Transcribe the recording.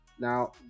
Now